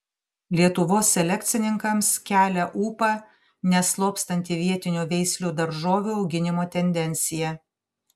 lietuvos selekcininkams kelia ūpą neslopstanti vietinių veislių daržovių auginimo tendencija